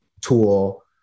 tool